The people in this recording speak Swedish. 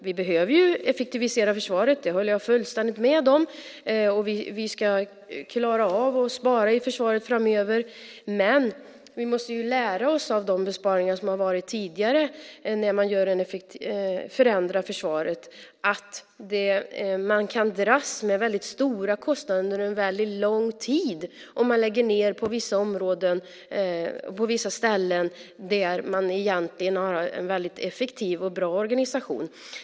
Vi behöver effektivisera försvaret - det håller jag fullständigt med om - och vi ska klara av att framöver spara inom försvaret. Men vid förändringar av försvaret måste vi lära av tidigare besparingar. Man kan ju få dras med väldigt stora kostnader under en mycket lång tid om man lägger ned på ställen där det egentligen finns en väldigt effektiv och bra organisation.